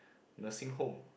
nursing home